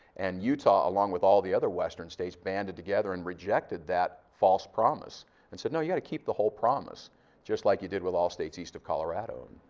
and utah along with all the other western states banned together and rejected that false promise and said no you have to keep the whole promise just like you did with all states east of colorado.